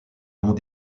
long